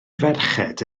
ferched